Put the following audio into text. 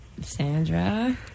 Sandra